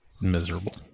miserable